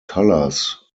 colours